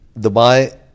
Dubai